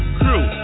crew